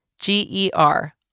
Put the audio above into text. G-E-R